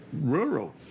rural